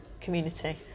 community